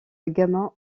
gamma